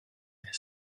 their